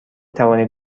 توانید